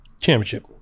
Championship